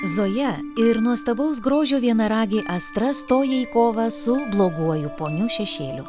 zoja ir nuostabaus grožio vienaragė astra stoja į kovą su bloguoju ponių šešėliu